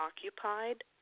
occupied